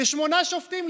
לשמונה שופטים,